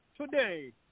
Today